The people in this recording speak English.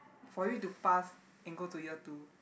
for you to pass and go to year two